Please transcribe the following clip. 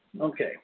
Okay